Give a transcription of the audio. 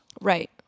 Right